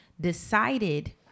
decided